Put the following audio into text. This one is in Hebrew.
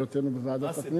בהיותנו בוועדת הפנים.